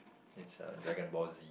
that's uh dragon ball Z